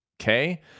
Okay